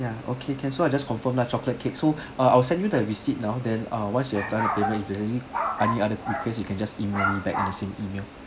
ya okay can so I just confirm lah chocolate cake so ah I will send you the receipt now then um once you have done the payment if you have any any other request you can just email me back at the same email